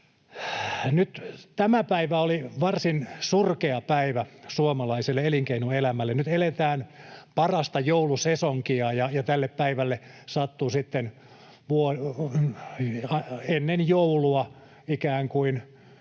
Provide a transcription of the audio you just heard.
Tämä päivä oli varsin surkea päivä suomalaiselle elinkeinoelämälle. Nyt eletään parasta joulusesonkia, ja tälle päivälle sattui sitten ennen joulua ikään kuin